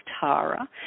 Tara